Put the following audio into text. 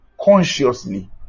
consciously